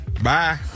Bye